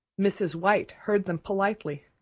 mrs. white heard them politely,